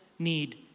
need